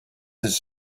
his